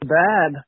bad